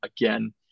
again